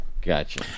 Gotcha